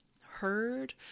heard